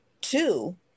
two